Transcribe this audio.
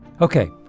Okay